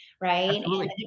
right